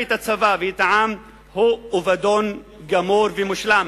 את הצבא ואת העם הוא אובדן גמור ומושלם.